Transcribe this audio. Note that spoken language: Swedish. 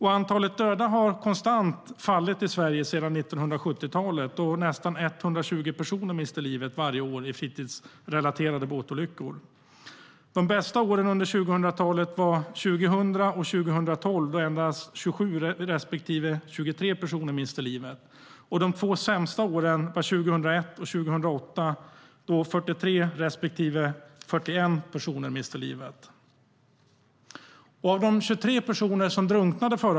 Antalet döda i Sverige har fallit konstant sedan 1970-talet, då nästan 120 personer miste livet varje år i fritidsrelaterade båtolyckor.